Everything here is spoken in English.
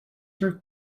her